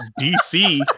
DC